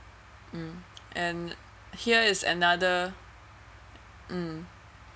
mm and here is another mm